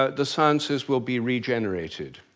ah the sciences will be regenerated.